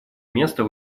место